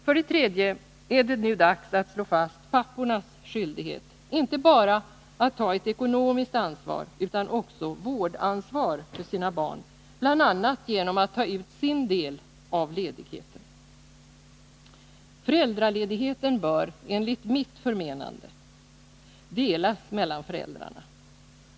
För det tredje är det nu dags att slå fast pappornas skyldighet, inte bara att ta ett ekonomiskt ansvar utan också att ta vårdansvar för sina barn, bl.a. genom att ta ut sin del av ledigheten. Föräldraledigheten bör, enligt mitt förmenande, delas mellan föräldrarna.